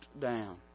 down